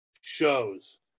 shows